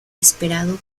esperado